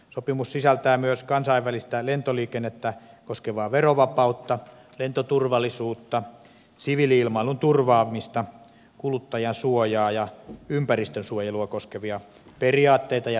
sopimus sisältää myös kansainvälistä lentoliikennettä koskevaa verovapautta lentoturvallisuutta siviili ilmailun turvaamista kuluttajansuojaa ja ympäristönsuojelua koskevia periaatteita ja määräyksiä